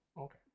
Okay